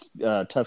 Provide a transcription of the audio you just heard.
tough